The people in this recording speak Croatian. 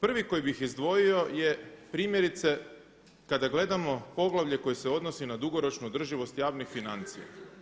Prvi koji bih izdvojio je primjerice kada gledamo poglavlje koje se odnosi na dugoročnu održivost javnih financija.